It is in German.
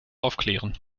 aufklären